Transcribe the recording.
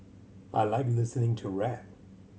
I like listening to rap